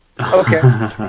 Okay